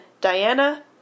Diana